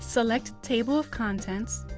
select table of contents,